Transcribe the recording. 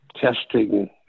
testing